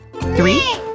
Three